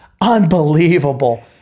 unbelievable